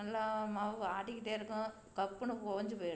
நல்லா மாவு ஆட்டிக்கிட்டே இருக்கோம் கப்புன்னு புகஞ்சு போய்விடுது